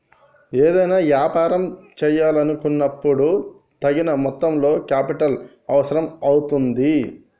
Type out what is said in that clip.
ఏదైనా యాపారం చేయాలనుకున్నపుడు తగిన మొత్తంలో కేపిటల్ అవసరం అవుతుంది